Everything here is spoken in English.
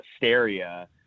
hysteria